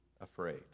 afraid